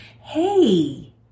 Hey